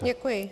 Děkuji.